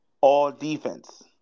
All-Defense